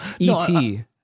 et